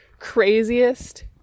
craziest